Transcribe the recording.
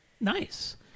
Nice